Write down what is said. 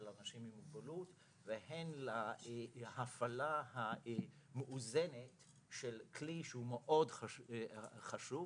אנשים עם מוגבלות והן להפעלה המאוזנת של כלי שהוא מאוד חשוב,